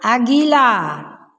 अगिला